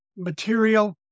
material